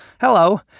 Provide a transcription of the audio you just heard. hello